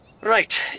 Right